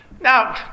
Now